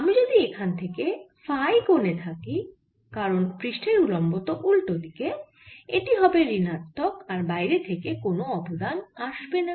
আমি যদি এখানে থেকে ফাই কোণে থাকি কারণ পৃষ্ঠের উলম্ব তো উল্টো দিকে এটি হবে ঋণাত্মক আর বাইরে থেকে কোন অবদান আসবে না